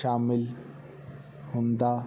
ਸ਼ਾਮਿਲ ਹੁੰਦਾ